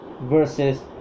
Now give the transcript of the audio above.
versus